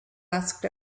asked